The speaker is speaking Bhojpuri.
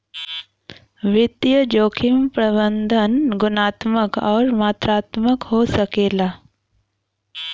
वित्तीय जोखिम प्रबंधन गुणात्मक आउर मात्रात्मक हो सकला